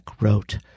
wrote